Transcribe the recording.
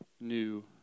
new